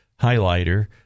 highlighter